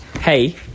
Hey